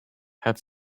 had